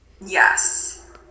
yes